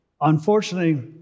unfortunately